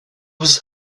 was